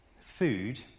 food